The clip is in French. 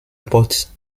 porte